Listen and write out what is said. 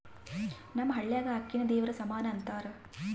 ನಮ್ಮ ಹಳ್ಯಾಗ ಅಕ್ಕಿನ ದೇವರ ಸಮಾನ ಅಂತಾರ